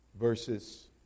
verses